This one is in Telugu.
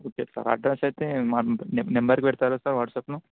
ఓకే సార్ అడ్రస్ అయితే మీరు నెంబర్ పెడతారా సార్ వాట్సాప్లో